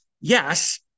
yes